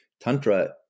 tantra